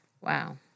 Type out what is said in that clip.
Wow